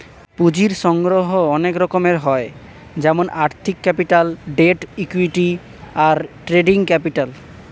পুঁজির সংগ্রহের অনেক রকম হয় যেমন আর্থিক ক্যাপিটাল, ডেট, ইক্যুইটি, আর ট্রেডিং ক্যাপিটাল